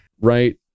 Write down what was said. Right